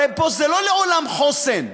הרי פה זה, לא לעולם חוסן,